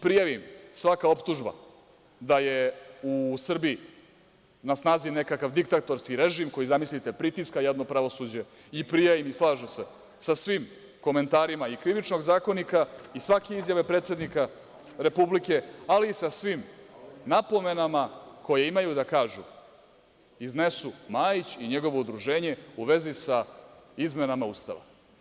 Prija im svaka optužba da je u Srbiji na snazi nekakav diktatorski režim, koji, zamislite, pritiska jedno pravosuđe i prija im i slažu se sa svim komentarima i Krivičnog zakonika i svake izjave predsednika Republike, ali i sa svim napomenama koje imaju da kažu iznesu Majić i njegovo udruženje u vezi sa izmenama Ustava.